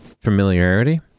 familiarity